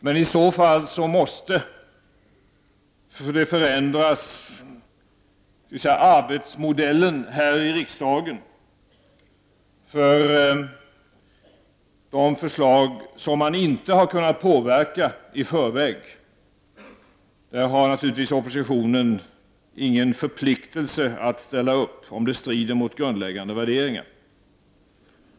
Men i så fall måste arbetsmodellen här i riksdagen förändras. De förslag som oppositionen inte har kunnat påverka i förväg har oppositionen naturligtvis inte någon förpliktelse att ställa sig bakom om de strider mot dess grundläggande värderingar.